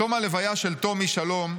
"בתום הלוויה של תום איש שלום,